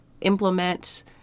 implement